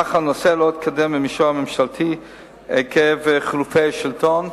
אך הנושא לא התקדם במישור הממשלתי עקב חילופי השלטון.